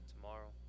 tomorrow